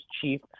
chief